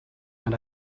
and